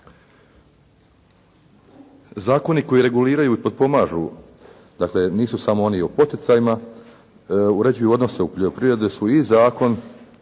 Zakoni koji reguliraju i potpomažu dakle nisu samo oni o poticajima, uređuju odnose u poljoprivredi su i Zakon